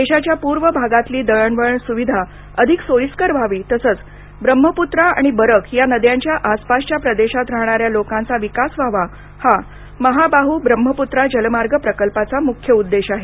देशाच्या पूर्व भागातली दळणवळण सुविधा अधिक सोयीस्कर व्हावी तसंच ब्रह्मपुत्रा आणि बरक या नद्यांच्या आसपासच्या प्रदेशात राहणाऱ्या लोकांचा विकास व्हावा हा महाबाहु ब्रह्मपुत्रा जलमार्ग प्रकल्पाचा मुख्य उद्देश आहे